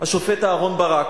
השופט אהרן ברק,